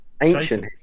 Ancient